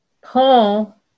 Paul